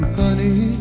honey